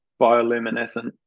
bioluminescent